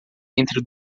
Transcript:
entre